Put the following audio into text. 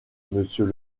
monsieur